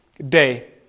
Day